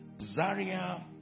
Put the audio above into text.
Zaria